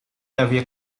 havia